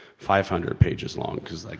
five hundred pages long, cause like